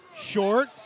Short